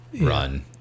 run